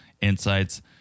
insights